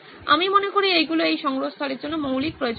আমি মনে করি এইগুলি এই সংগ্রহস্থলের জন্য মৌলিক প্রয়োজনীয়তা